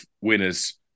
winners